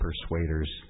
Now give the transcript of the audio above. persuaders